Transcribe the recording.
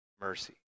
mercy